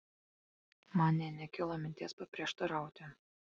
man nė nekilo minties paprieštarauti